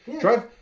Drive